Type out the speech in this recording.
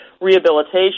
rehabilitation